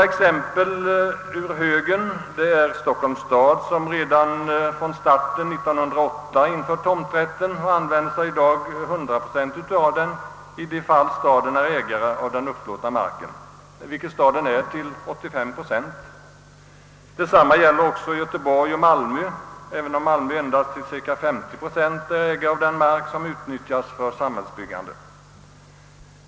Stockholms stad införde tomträtten redan från starten 1908 och använder den i dag hundraprocentigt i de fall där staden är ägare av den upplåtna marken — det är staden till 85 procent. Detsamma gäller Göteborg och Malmö, även om Malmö stad endast till ca 50 procent äger den mark som utnyttjas för samhällsbyggande.